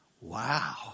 wow